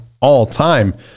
all-time